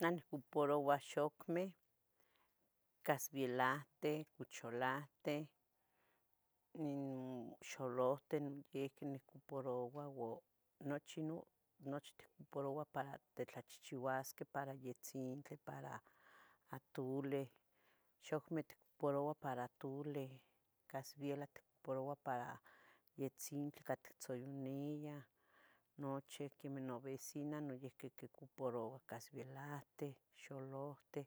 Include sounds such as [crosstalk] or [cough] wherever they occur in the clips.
Nah niocuparoua xocmeh, casvielahten, cuchalahten, [hesitation] xolohten, noyehque niocuparoua, uo nochi no tiocuparoua tiocuparoua para titlachehcheuasqueh, para yitzintli, para atuleh. Xocmeh tocuparouah para atuleh, casviela tocuparouah para yetzintli ca tictzoyoneah, nochi, quemeh novecinah noiqui quiocuparoua casvelahten, xolohten.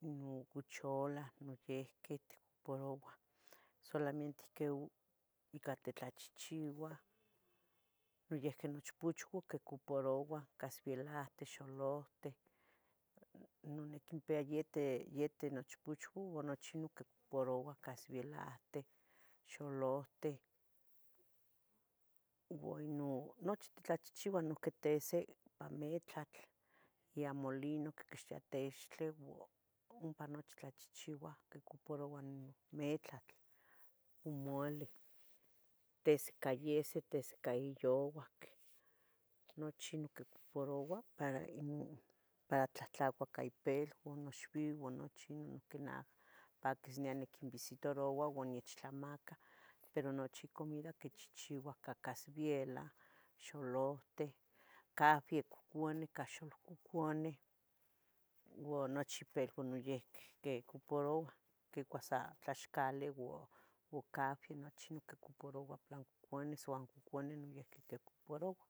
Nocuchalah noyehqui tocuparouah, solamente ica titlachehcheuah. Noyehqueh nochpuchuah quiocuparouah casvielahten, xolohten. Niquinpeya yehten nochpuchuan ua nochtin quiocupaarouah casvielahten, xoluhten, uo inon nochti titlachehcheuah, noyeuque teseh pan metlatl y a molino quiquixtea tixtle ompa noche tlachehcheuah, quiocuparouah metatl, moleh. Teseh ca yese, tese ca iyouac, nochi niocuparouah para inoh para tlahtlacuah ipeluah, noxvivan. Paquis niyas inquinvisitaroua uan nechtlamacah, pero nochi comida quichehcheuah ica casvielah, xolohten, cafen couconeh, ica xolnococoneh. Uo nochi ipeluan noyiuqui cocoparouah, quicuah sa tlaxcali u cafen nochi non cocoparouah, para in cocones uan in coconeh noiuqui quiocuparouah.